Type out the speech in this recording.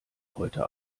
heute